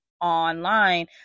online